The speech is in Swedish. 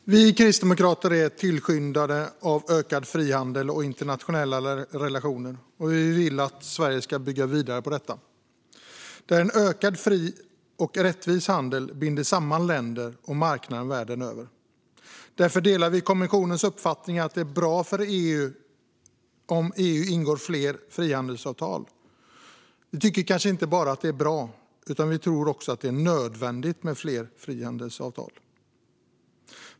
Fru talman! Vi kristdemokrater är tillskyndare av ökad frihandel och internationella relationer, och vi vill att Sverige ska bygga vidare på detta. En ökad fri och rättvis handel binder samman länder och marknaden världen över, och därför delar vi kommissionens uppfattning att det är bra för EU om EU ingår fler frihandelsavtal. Ja, vi tycker kanske inte bara att det är bra utan tror också att det är nödvändigt med fler frihandelsavtal.